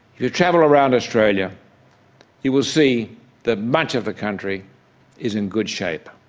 you travel around australia you will see that much of the country is in good shape.